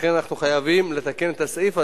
לכן אנחנו חייבים לתקן את הסעיף הזה,